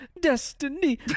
destiny